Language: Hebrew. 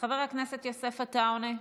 חבר הכנסת יוסף עטאונה,